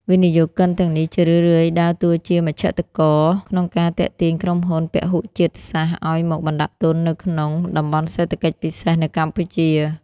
វិនិយោគិនទាំងនេះជារឿយៗដើរតួជា "មជ្ឈត្តករ" ក្នុងការទាក់ទាញក្រុមហ៊ុនពហុជាតិសាសន៍ឱ្យមកបណ្ដាក់ទុននៅក្នុង តំបន់សេដ្ឋកិច្ចពិសេស នៅកម្ពុជា។